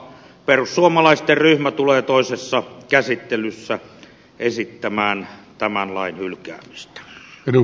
perussuomalaisten ryhmä tulee toisessa käsittelyssä esittämään tämän lain hylkäämistä